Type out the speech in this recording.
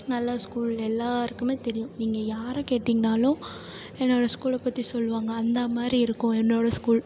நல்ல ஸ்கூல் எல்லோருக்குமே தெரியும் நீங்கள் யாரை கேட்டீங்கன்னாலும் என்னோடய ஸ்கூலை பற்றி சொல்வாங்க அந்த மாதிரி இருக்கும் என்னோட ஸ்கூல்